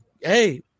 Hey